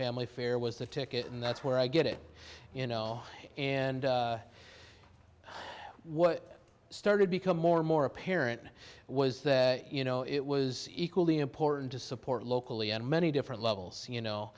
family fare was the ticket and that's where i get it you know and what started become more and more apparent was that you know it was equally important to support locally on many different levels you